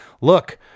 look